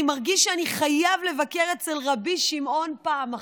אני מרגיש שאני חייב לבקר אצל רבי שמעון פעם אחת.